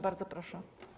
Bardzo proszę.